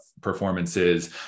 performances